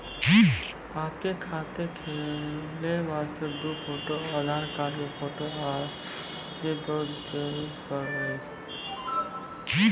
आपके खाते खोले वास्ते दु फोटो और आधार कार्ड के फोटो आजे के देल पड़ी?